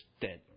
dead